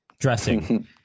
dressing